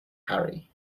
harry